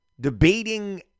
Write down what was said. debating